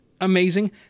amazing